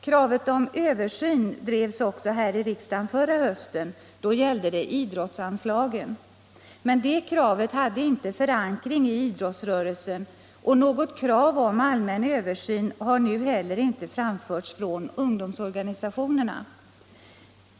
Kravet på ”översyn” drevs också här i riksdagen förra hösten. Då gällde det idrottsanslagen. Men det kravet hade inte förankring i idrottsrörelsen, och något krav på allmän översyn har nu heller inte framförts från ungdomsorganisationerna.